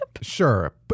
sure